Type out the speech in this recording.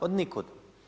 Od nikud.